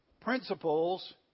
principles